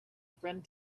friend